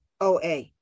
OA